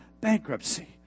bankruptcy